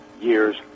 years